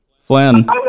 Flynn